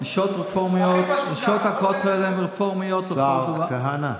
הכי פשוט, נשות הכותל הן רפורמיות, השר כהנא.